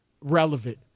relevant